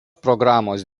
programos